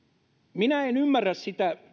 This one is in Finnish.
minä en yksinkertaisesti ymmärrä sitä